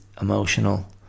emotional